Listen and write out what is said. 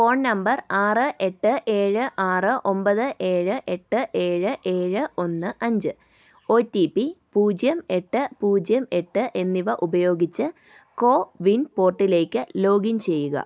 phone number ആറ് എട്ട് ഏഴ് ആറ് ഒൻപത് ഏഴ് എട്ട് ഏഴ് ഏഴ് ഒന്ന് അഞ്ച് ഓ ടി പി പൂജ്യം എട്ട് പൂജ്യം എട്ട് എന്നിവ ഉപയോഗിച്ച് കോവിൻ പോർട്ടിലേക്ക് ലോഗിൻ ചെയ്യുക